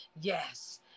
yes